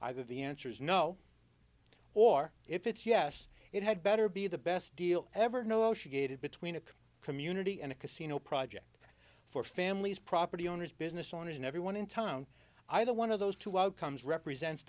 either the answer's no or if it's yes it had better be the best deal ever no she gave it between a community and a casino project for families property owners business owners and everyone in town either one of those two outcomes represents